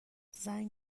زنگ